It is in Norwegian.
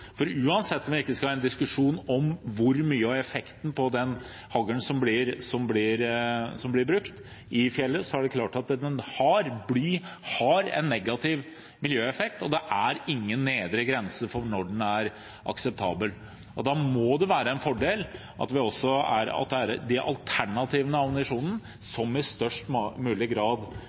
Uansett om vi ikke skal ha en diskusjon om hvor stor effekten av den haglen som blir brukt i fjellet, er, er det klart at bly har en negativ miljøeffekt, og det er ingen nedre grense for når den er akseptabel. Da må det være en fordel at det er alternativene til ammunisjonen som i størst mulig grad